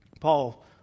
Paul